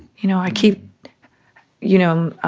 you know, i keep you know,